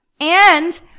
And-